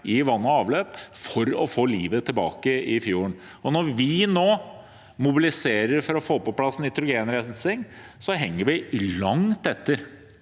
i vann og avløp for å få livet tilbake i fjorden. Når vi nå mobiliserer for å få på plass nitrogenrensing, henger vi langt etter